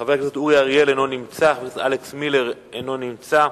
חבר הכנסת אורי אריאל, אינו נמצא.